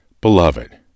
Beloved